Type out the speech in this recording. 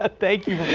ah thank